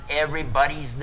everybody's